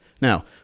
Now